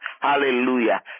Hallelujah